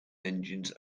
engines